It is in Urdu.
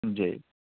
جی